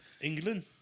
England